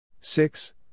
six